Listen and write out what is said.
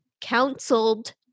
Counseled